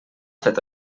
fet